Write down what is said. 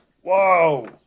Whoa